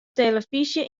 telefyzje